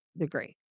degree